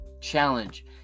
challenge